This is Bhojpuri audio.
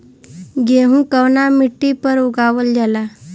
गेहूं कवना मिट्टी पर उगावल जाला?